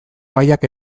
gaiak